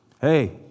Hey